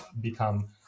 become